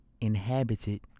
inhabited